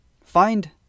Find